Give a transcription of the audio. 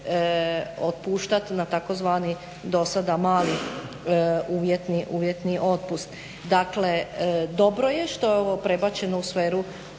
otpuštati na tzv. dosada "mali uvjetni otpust". Dakle, dobro je što je ovo prebačeno u sferu